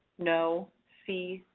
no c.